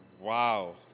Wow